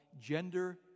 gender